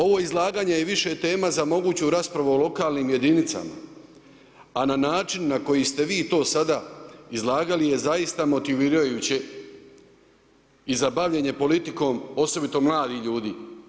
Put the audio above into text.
Ovo izlaganje je više tema za moguću raspravu o lokalnim jedinicama, a na način na koji ste vi to sada izlagali je zaista motivirajuće i za bavljenje politikom osobito mladih ljudi.